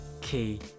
key